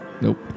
Nope